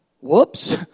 Whoops